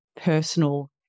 personal